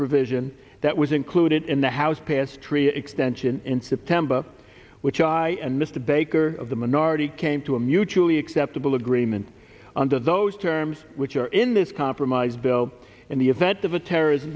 provision that was included in the house passed tree extension in september which i and mr baker of the minority came to a mutually acceptable agreement under those terms which are in this compromise bill in the event of a terrorist